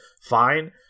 fine